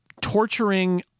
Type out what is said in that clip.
torturing